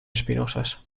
espinosas